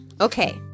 Okay